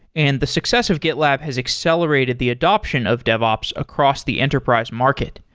and the successive gitlab has accelerated the adoption of devops across the enterprise market.